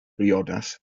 briodas